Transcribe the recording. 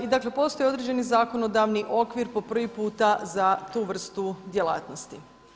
I dakle, postoji određeni zakonodavni okvir po prvi puta za tu vrstu djelatnosti.